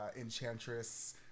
enchantress